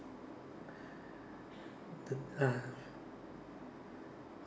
the ah